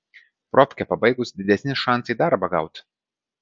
profkę pabaigus didesni šansai darbą gaut